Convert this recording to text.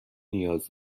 نیاز